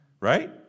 right